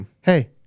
hey